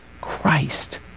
Christ